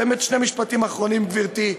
באמת שני משפטים אחרונים, גברתי.